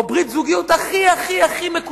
או ברית זוגיות הכי מקוצצת,